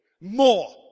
more